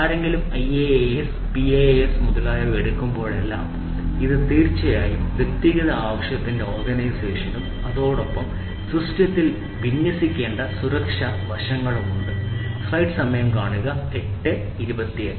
ആരെങ്കിലും IaaS PaaS മുതലായവ എടുക്കുമ്പോഴെല്ലാം ഇത് തീർച്ചയായും വ്യക്തിഗത ആവശ്യത്തിന്റെ ഓർഗനൈസേഷനും അതോടൊപ്പം സിസ്റ്റത്തിൽ വിന്യസിക്കേണ്ട സുരക്ഷാ വശങ്ങളും നോക്കേണ്ടതുണ്ട്